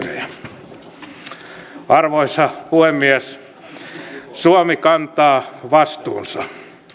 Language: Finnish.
ja insinöörejä arvoisa puhemies suomi kantaa vastuunsa